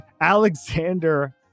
Alexander